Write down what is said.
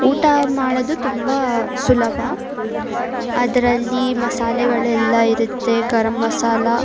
ಊಟ ಮಾಡೋದು ತುಂಬ ಸುಲಭ ಅದರಲ್ಲಿ ಮಸಾಲೆಗಳೆಲ್ಲ ಇರುತ್ತೆ ಗರಮ್ ಮಸಾಲೆ